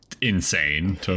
insane